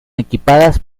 equipadas